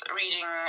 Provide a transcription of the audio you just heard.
reading